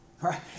right